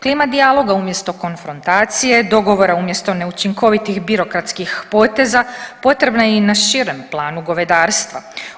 Klima dijaloga umjesto konfrontacije, dogovora umjesto neučinkovitih birokratskih poteza potrebna je i na širem planu govedarstva.